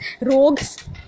rogues